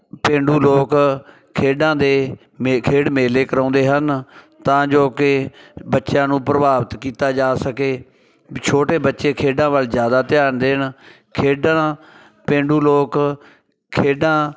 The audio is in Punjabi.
ਪੇਂਡੂ ਲੋਕ ਖੇਡਾਂ ਦੇ ਮੇ ਖੇਡ ਮੇਲੇ ਕਰਾਉਂਦੇ ਹਨ ਤਾਂ ਜੋ ਕਿ ਬੱਚਿਆਂ ਨੂੰ ਪ੍ਰਭਾਵਿਤ ਕੀਤਾ ਜਾ ਸਕੇ ਛੋਟੇ ਬੱਚੇ ਖੇਡਾਂ ਵੱਲ ਜ਼ਿਆਦਾ ਧਿਆਨ ਦੇਣ ਖੇਡਣ ਪੇਂਡੂ ਲੋਕ ਖੇਡਾਂ